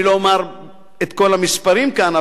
אני לא אומר את כל המספרים כאן,